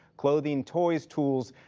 clothing, toys, tools,